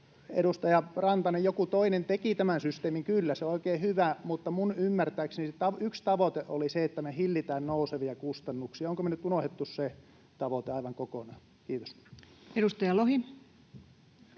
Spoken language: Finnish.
edustaja Rantanen, joku toinen teki tämän systeemin kyllä, se on oikein hyvä, mutta minun ymmärtääkseni yksi tavoite oli se, että me hillitään nousevia kustannuksia. Ollaanko me nyt unohdettu se tavoite aivan kokonaan? — Kiitos. [Speech